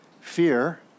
Fear